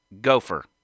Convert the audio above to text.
Gopher